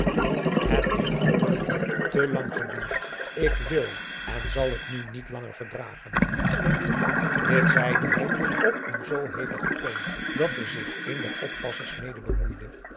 het heeft te lang te lang geduurd ik wil en zal het nu niet langer verdragen dit zeide hij op een zoo hevigen toon dat er zich een der oppassers mede moeide